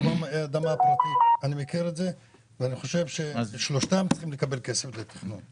אני מכיר את זה ואני חושב ששלושתם צריכים כסף לתכנון.